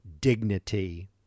dignity